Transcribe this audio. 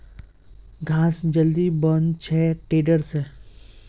घास जल्दी बन छे टेडर से